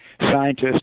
scientists